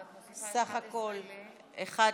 בעד,